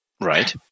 Right